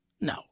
No